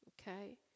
Okay